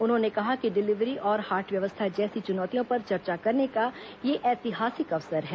उन्होंने कहा कि डिलीवरी और हाट व्यवस्था जैसी चुनौतियों पर चर्चा करने का यह ऐतिहासिक अवसर है